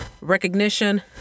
recognition